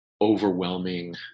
overwhelming